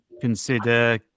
consider